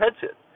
headset